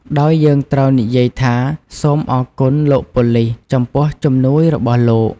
ដោយយើងត្រូវនិយាយថា "សូមអរគុណ លោកប៉ូលិស ចំពោះជំនួយរបស់លោក"។